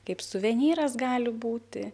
kaip suvenyras gali būti